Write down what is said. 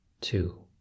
two